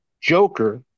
Joker